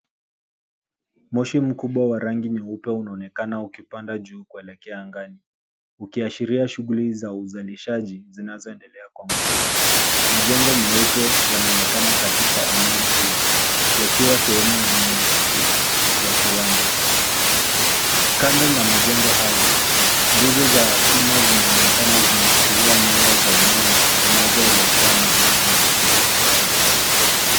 Moshi mkubwa wa rangi nyeupe unaonekana ukipanda juu kuelekea angani. Ukiashiria shughuli za uzalishaji zinazoendelea. Majengo meupe yanaonekana katika eneo hili, yakiwa sehemu ya miundo mbinu ya kiwanda. Kando na majengo hayo, nguzo za chuma zinaonekana zimeshikilia nyaya za umeme, zinazoelekea maeneo mbalimbali.